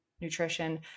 nutrition